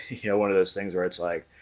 you know, one of those things or it's like,